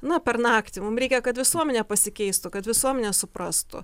na per naktį mum reikia kad visuomenė pasikeistų kad visuomenė suprastų